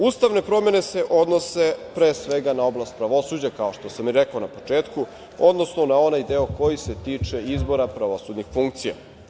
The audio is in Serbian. Ustavne promene se odnose pre svega na oblast pravosuđa, kao što sam i rekao na početku, odnosno na onaj deo koji se tiče izbora pravosudnih funkcija.